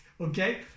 okay